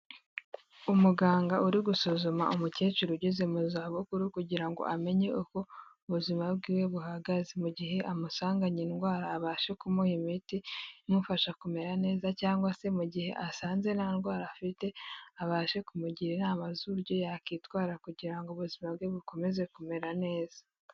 Umuganga uri gusuzuma umukecuru ugeze mu za bukuru kugira ngo amenye uko ubuzima bwiwe buhagaze mu gihe amusanganye indwara abasha kumuha imiti imufasha kumera neza cyangwa se mu gihe asanze nta ndwara afite abashe kumugira inama z'uburyo yakwitwara kugira ubuzima bwe bukomeze kumera neza.